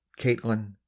Caitlin